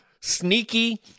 sneaky